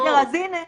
לא תדע.